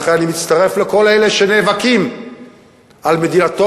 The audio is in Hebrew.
לכן אני מצטרף לכל אלה שנאבקים על מדינתו